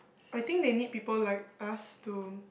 I think they need people like us to